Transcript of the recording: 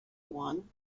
one